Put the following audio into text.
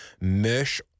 mesh